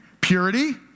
Purity